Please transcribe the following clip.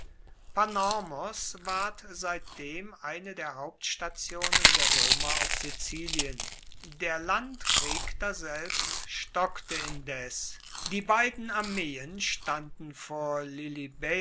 panormos ward seitdem eine der hauptstationen der roemer auf sizilien der landkrieg daselbst stockte indes die beiden armeen standen vor